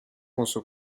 mention